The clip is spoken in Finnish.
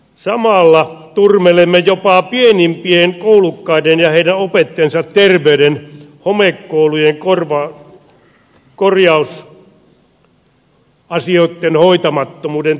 samalla turmelemme jopa pienimpien koulukkaiden ja heidän opettajiensa terveyden homekoulujen korjausasioitten hoitamattomuuden takia